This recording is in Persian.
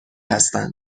هستند